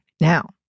Now